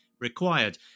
required